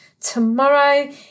tomorrow